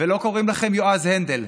ולא קוראים לכם יועז הנדל.